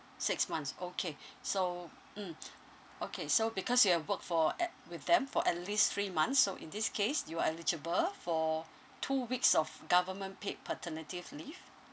six months okay so mm okay so because you have worked for at with them for at least three months so in this case you are eligible for two weeks of government paid paternity f~ leave